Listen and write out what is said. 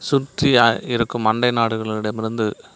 சுற்றி இருக்கும் அண்டை நாடுகளிடமிருந்து